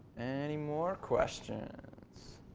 any more questions?